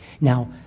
Now